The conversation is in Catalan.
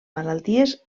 malalties